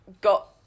got-